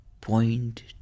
point